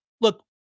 Look